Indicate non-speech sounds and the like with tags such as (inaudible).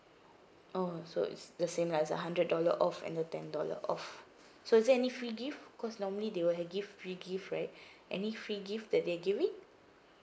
oh so it's the same lah it's a hundred dollar off and a ten dollar off so is there any free gift cause normally they will have give free gift right (breath) any free gift that they're giving